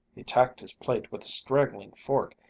he attacked his plate with a straggling fork,